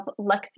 Lexi